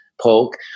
Polk